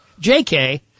JK